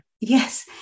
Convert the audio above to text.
Yes